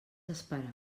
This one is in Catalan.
esperar